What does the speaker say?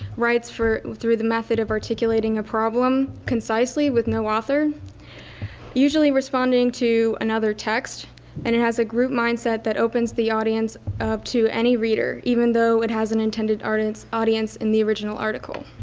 writes for through the method of articulating a problem concisely with no author usually responding to another text and it has a group mindset that opens the audience up to any reader even though it has an intended audience audience in the original article.